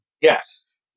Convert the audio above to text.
Yes